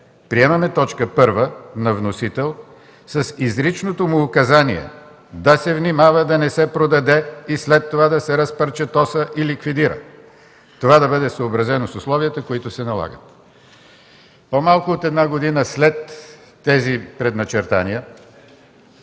„Приемаме т. 1 на вносителя, с изричното му указание да се внимава да не се продаде и след това да се разпарчетоса и ликвидира. Това да бъде съобразено с условията, които се налагат”. По-малко от една година след тези предначертания